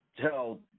tell